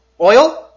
Oil